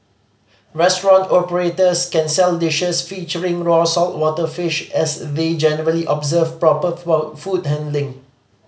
restaurant operators can sell dishes featuring raw saltwater fish as we generally observe proper food handling